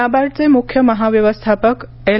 नाबार्डचे मुख्य महाव्यवस्थापक एल